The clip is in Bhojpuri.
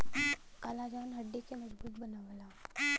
कॉलाजन हड्डी के मजबूत बनावला